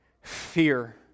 fear